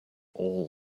all